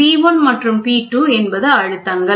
P1 மற்றும் P2 என்பது அழுத்தங்கள்